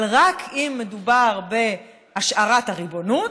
אבל רק אם מדובר בהשארת הריבונות,